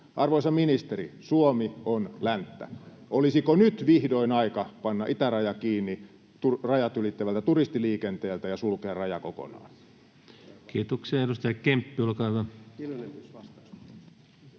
Arvoisa ministeri, Suomi on länttä. Olisiko nyt vihdoin aika panna itäraja kiinni rajat ylittävältä turistiliikenteeltä ja sulkea raja kokonaan? [Speech 62] Speaker: